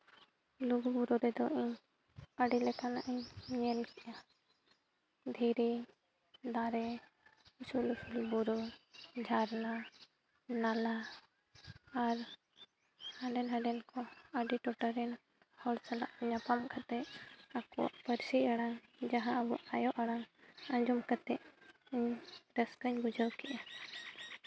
ᱞᱩᱜᱩᱼᱵᱩᱨᱩ ᱨᱮᱫᱚ ᱤᱧ ᱟᱹᱰᱤ ᱞᱮᱠᱟᱱᱟᱜ ᱤᱧ ᱧᱮᱞ ᱠᱮᱜᱼᱟ ᱫᱷᱤᱨᱤ ᱫᱟᱨᱮ ᱩᱥᱩᱞ ᱩᱥᱩᱞ ᱵᱩᱨᱩ ᱡᱷᱟᱨᱱᱟ ᱱᱟᱞᱟ ᱟᱨ ᱦᱟᱸᱰᱮ ᱱᱷᱟᱰᱮᱱ ᱠᱚ ᱟᱹᱰᱤ ᱴᱚᱴᱷᱟ ᱨᱮᱱ ᱦᱚᱲ ᱥᱟᱞᱟᱜ ᱧᱟᱯᱟᱢ ᱠᱟᱛᱮ ᱟᱠᱚᱣᱟᱜ ᱯᱟᱹᱨᱥᱤ ᱟᱲᱟᱝ ᱡᱟᱦᱟᱸ ᱟᱵᱚᱣᱟᱜ ᱟᱭᱳ ᱟᱲᱟᱝ ᱟᱡᱚᱢ ᱠᱟᱛᱮ ᱨᱟᱹᱥᱠᱟᱹᱧ ᱵᱩᱡᱷᱟᱹᱣ ᱠᱮᱜᱼᱟ